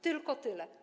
Tylko tyle.